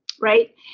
Right